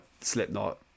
slipknot